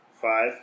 Five